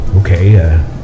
Okay